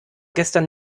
gestern